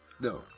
No